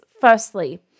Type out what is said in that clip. firstly